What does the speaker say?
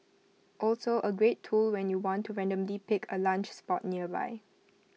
also A great tool when you want to randomly pick A lunch spot nearby